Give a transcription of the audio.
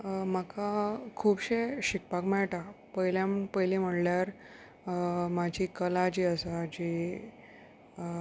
म्हाका खुबशे शिकपाक मेळटा पयल्या पयलीं म्हणल्यार म्हाजी कला जी आसा जी